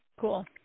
cool